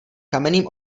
kamenným